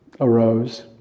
arose